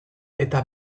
eta